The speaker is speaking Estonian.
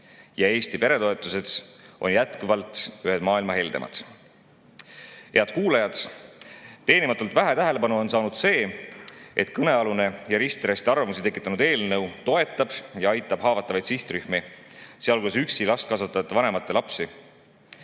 ja Eesti peretoetused on jätkuvalt ühed maailma heldemad. Head kuulajad! Teenimatult vähe tähelepanu on saanud see, et kõnealune ja risti‑rästi arvamusi tekitanud eelnõu toetab ja aitab haavatavaid sihtrühmi, sealhulgas üksi last kasvatavate vanemate lapsi.